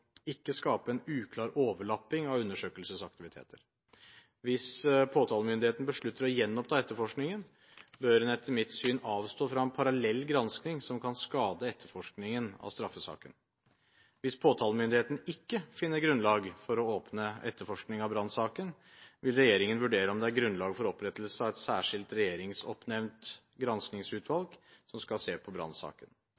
skape en uklar overlapping av undersøkelsesaktiviteter. Hvis påtalemyndigheten beslutter å gjenoppta etterforskningen, bør en etter min syn avstå fra parallell gransking som kan skade etterforskningen av straffesaken. Hvis påtalemyndigheten ikke finner grunnlag for å åpne etterforskning av brannsaken, vil regjeringen vurdere om det er grunnlag for opprettelse av et særskilt regjeringsoppnevnt